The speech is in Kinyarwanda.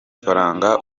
faranga